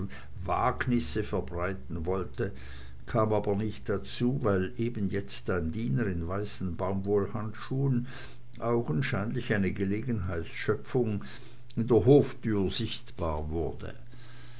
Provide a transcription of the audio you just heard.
wagnisse verbreiten wollte kam aber nicht dazu weil eben jetzt ein diener in weißen baumwollhandschuhen augenscheinlich eine gelegenheitsschöpfung in der hoftür sichtbar wurde